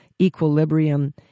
equilibrium